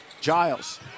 Giles